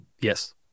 yes